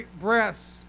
breaths